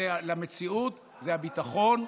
המציאות זה הביטחון,